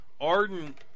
ardent